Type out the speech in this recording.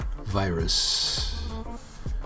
virus